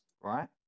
right